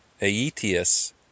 aetius